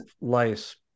lice